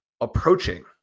approaching